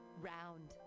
Round